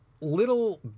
little